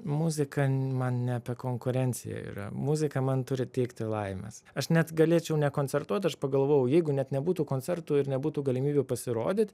muzika man ne apie konkurencija yra muzika man turi teikti laimės aš net galėčiau nekoncertuot aš pagalvojau jeigu net nebūtų koncertų ir nebūtų galimybių pasirodyt